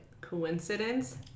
Coincidence